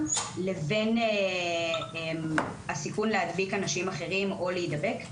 לבין הסיכון להדביק אנשים אחרים או להידבק.